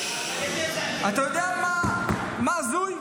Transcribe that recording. אתה יודע מה הזוי?